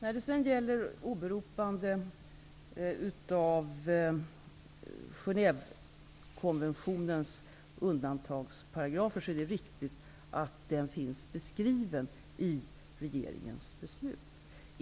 När det gäller åberopande av Genèvekonventionens undantagsparagraf är det riktigt att den finns beskriven i regeringens beslut.